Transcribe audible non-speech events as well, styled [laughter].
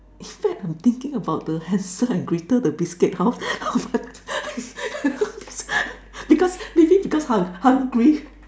in fact I'm thinking about the Hansel and Gretel the biscuit house [laughs] because maybe because hung~ hungry